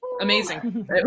amazing